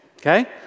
okay